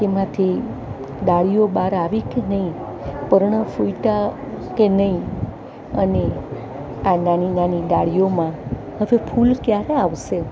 એમાંથી ડાળીઓ બહાર આવી કે નહીં પર્ણો ફુટ્યા કે નહીં અને પાંદાની નાની ડાળીઓમાં હવે ફૂલ ક્યારે આવશે